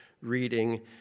reading